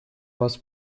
вас